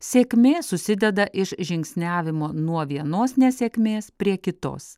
sėkmė susideda iš žingsniavimo nuo vienos nesėkmės prie kitos